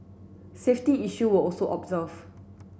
safety issue were also observe